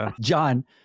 John